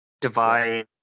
Divine